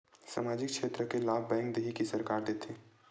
सामाजिक क्षेत्र के लाभ बैंक देही कि सरकार देथे?